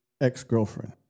ex-girlfriend